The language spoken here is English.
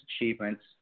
achievements